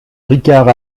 ricard